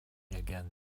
again